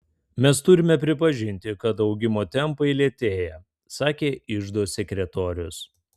mes turime pripažinti kad augimo tempai lėtėja sakė iždo sekretorius